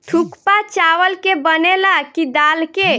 थुक्पा चावल के बनेला की दाल के?